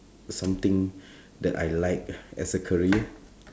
something that I like as a career